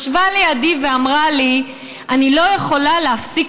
ישבה לידי ואמרה לי: אני לא יכולה להפסיק